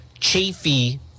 Chafee